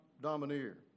domineer